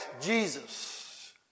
Jesus